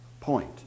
point